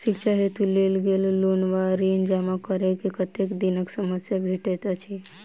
शिक्षा हेतु लेल गेल लोन वा ऋण जमा करै केँ कतेक दिनक समय भेटैत अछि?